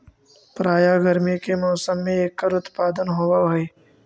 प्रायः गर्मी के मौसम में एकर उत्पादन होवअ हई